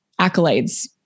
accolades